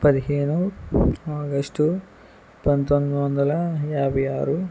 పదిహేను ఆగస్టు పంతొమ్మిది వందల యాభై ఆరు